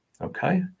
Okay